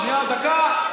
שנייה, דקה.